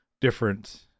different